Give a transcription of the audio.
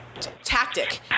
Tactic